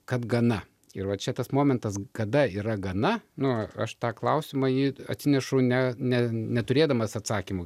kad gana ir va čia tas momentas kada yra gana nu aš tą klausimą jį atsinešu ne ne neturėdamas atsakymų